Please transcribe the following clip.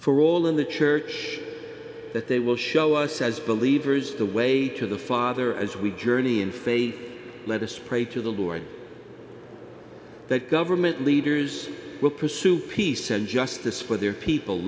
for all in the church that they will show us as believers the way to the father as we journey in faith let us pray to the lord that government leaders will pursue peace and justice for their people